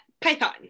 python